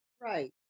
right